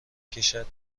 کشد